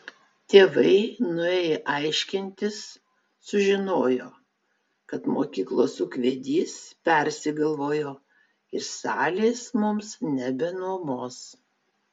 tėvai nuėję aiškintis sužinojo kad mokyklos ūkvedys persigalvojo ir salės mums nebenuomos